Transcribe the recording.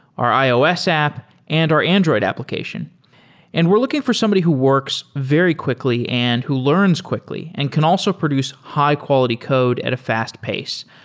our ios app and our android application and we're looking for somebody who works very quickly and who learns quickly and can also produce high-quality code at a fast pace.